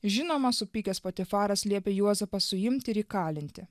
žinoma supykęs patifaras liepė juozapą suimti įkalinti